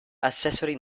accessory